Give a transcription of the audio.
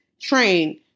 train